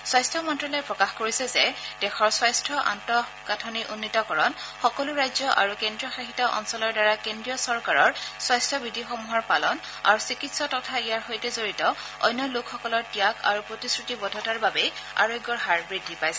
স্বাস্থ্য মন্ত্ৰালয়ে প্ৰকাশ কৰিছে যে দেশৰ স্বাস্থ্য আন্তঃগাঁথনিৰ উন্নীতকৰণ সকলো ৰাজ্য আৰু কেন্দ্ৰীয়শাসিত অঞ্চলৰ দ্বাৰা কেন্দ্ৰীয় চৰকাৰৰ স্বাস্থ্য বিধিসমূহৰ পালন আৰু চিকিৎসক তথা ইয়াৰ সৈতে জড়িত অন্য লোকসকলৰ ত্যাগ আৰু প্ৰতিশ্ৰুতিবদ্ধতাৰ বাবেই আৰোগ্যৰ হাৰ বৃদ্ধি পাইছে